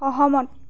সহমত